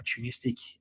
opportunistic